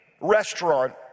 restaurant